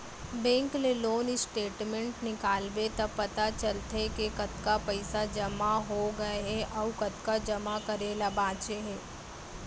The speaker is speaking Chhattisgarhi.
बेंक ले लोन स्टेटमेंट निकलवाबे त पता चलथे के कतका पइसा जमा हो गए हे अउ कतका जमा करे ल बांचे हे